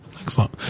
Excellent